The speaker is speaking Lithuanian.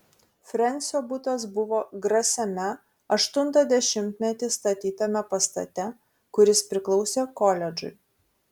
frensio butas buvo grasiame aštuntą dešimtmetį statytame pastate kuris priklausė koledžui